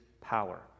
power